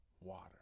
Water